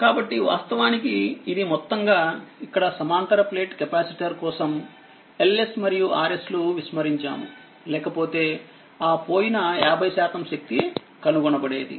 కాబట్టివాస్తవానికి ఇదిమొత్తంగాఇక్కడ సమాంతర plate capacitor కోసంLs మరియుRs లు విస్మరించాములేకపోతే ఆ పోయిన50శాతం శక్తి కనుగొనబడేది